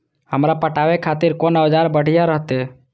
हमरा पटावे खातिर कोन औजार बढ़िया रहते?